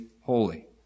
holy